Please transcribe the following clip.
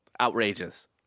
Outrageous